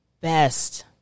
best